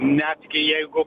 netgi jeigu